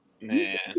Man